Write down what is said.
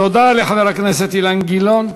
תודה לחבר הכנסת אילן גילאון.